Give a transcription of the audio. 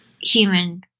human